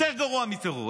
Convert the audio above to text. יותר גרוע מטרור.